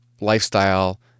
lifestyle